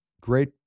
great